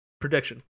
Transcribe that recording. prediction